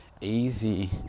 easy